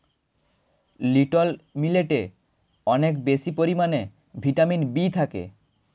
little মিলেটে অনেক বেশি পরিমাণে ভিটামিন বি থাকে